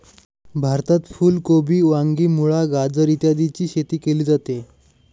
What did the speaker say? भारतात फुल कोबी, वांगी, मुळा, गाजर इत्यादीची शेती केली जाते